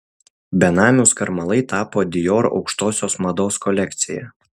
benamių skarmalai tapo dior aukštosios mados kolekcija